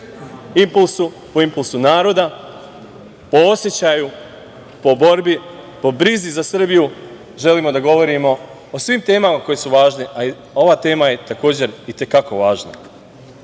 po impulsu naroda, po osećaju, po borbi, po brizi za Srbiju želimo da govorimo o svim temama koje su važne, a ova tema je takođe i te kako važna. Nešto